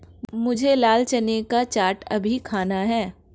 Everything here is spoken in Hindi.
मुझे लाल चने का चाट अभी खाना है